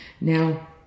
Now